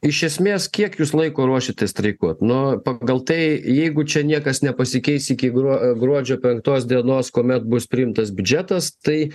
iš esmės kiek jūs laiko ruošiatės streikuot nu pagal tai jeigu čia niekas nepasikeis iki gruo gruodžio penktos dienos kuomet bus priimtas biudžetas tai